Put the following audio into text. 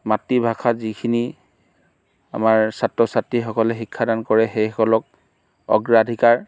মাতৃভাষাত যিখিনি আমাৰ ছাত্ৰ ছাত্ৰীসকলে শিক্ষাদান কৰে সেইসকলক অগ্ৰাধিকাৰ